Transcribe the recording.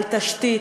על תשתית,